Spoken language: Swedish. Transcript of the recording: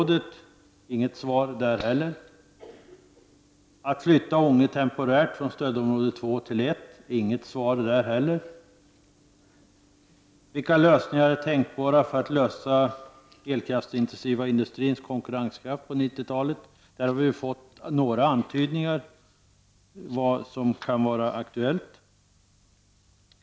Inte heller i det avseendet har jag fått något svar. Vidare frågade jag om man temporärt kunde flytta Ånge från stödområde 2 till stödområde 1. Den frågan är också obesvarad. Vilka lösningar är tänkbara för den elkraftsintensiva industrin med tanke på konkurrenskraften på 90-talet? På den punkten har några antydningar gjorts om vad som kan vara aktuellt.